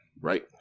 Right